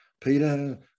Peter